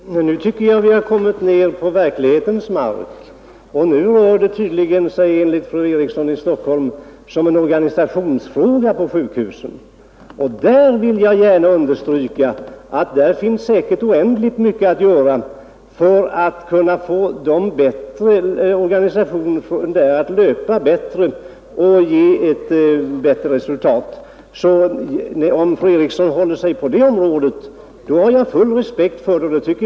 Herr talman! Nu tycker jag att vi har kommit ner på verklighetens mark. Nu rör det sig tydligen enligt fru Eriksson i Stockholm om en organisationsfråga på sjukhusen, och jag vill gärna understryka att det säkert finns oändligt mycket att göra för att få organisationen där att löpa bättre och ge ett bättre resultat. Om fru Eriksson håller sig på det området har jag full respekt för vad hon säger.